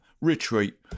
retreat